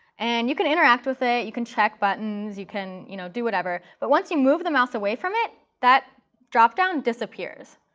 and you can interact with it, you can check buttons, you can you know do whatever. but once you move the mouse away from it, that drop-down disappears.